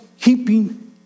keeping